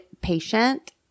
patient